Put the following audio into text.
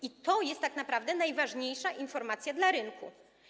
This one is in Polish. I to jest tak naprawdę najważniejsza informacja dla rynku.